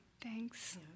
Thanks